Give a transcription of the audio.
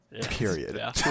Period